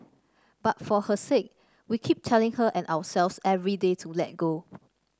but for her sake we keep telling her and ourselves every day to let go